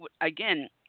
again